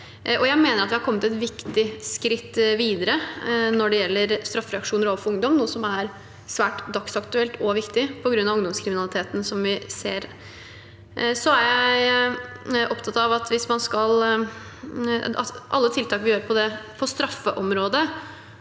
Jeg mener vi har kommet et viktig skritt videre når det gjelder straffereaksjoner overfor ungdom, noe som er svært dagsaktuelt og viktig på grunn av den ungdomskriminaliteten vi ser. Jeg er opptatt av at alle tiltak vi setter inn på straffeområdet